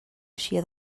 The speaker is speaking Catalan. eixia